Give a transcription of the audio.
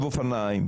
..